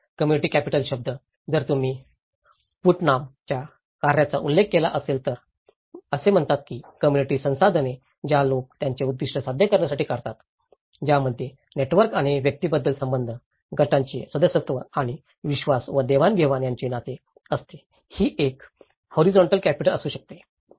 community capital शब्द जर तुम्ही पुट्टनमPutnams च्या कार्याचा उल्लेख केला तर ते म्हणतात की कॉम्युनिटी संसाधने ज्या लोक त्यांचे उद्दीष्ट साध्य करण्यासाठी काढतात त्यामध्ये नेटवर्क आणि व्यक्तींमधील संबंध गटांचे सदस्यत्व आणि विश्वास व देवाणघेवाण यांचे नाते असते ही एक हॉरीझॉन्टल कॅपिटल असू शकते